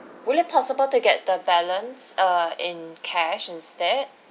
will it possible to get the balance err in cash instead